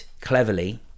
cleverly